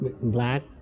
black